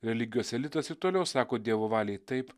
religijos elitas ir toliau sako dievo valiai taip